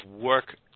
work